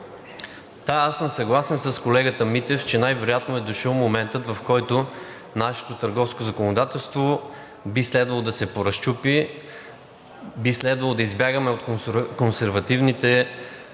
Да, аз съм съгласен с колегата Митев, че най-вероятно е дошъл моментът, в който нашето търговско законодателство би следвало да се поразчупи, би следвало да избягаме от консервативните разрешения,